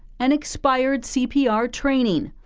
and expired c p r. training.